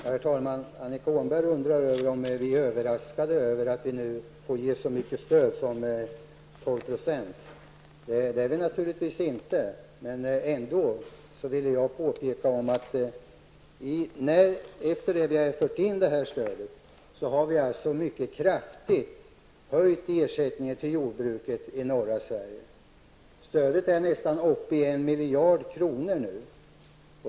Herr talman! Annika Åhnberg undrar om vi är överraskade över att vi nu får ge så mycket som 12 % i stöd. Nej, vi är naturligtvis inte överraskade. Men jag vill ändå påpeka att vi, efter det att vi har infört det här stödet, mycket kraftigt har höjt ersättningen till jordbruket i norra Sverige. Stödet är nu nästan uppe i 1 miljard kronor.